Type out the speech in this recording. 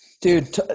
Dude